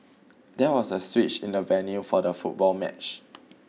there was a switch in the venue for the football match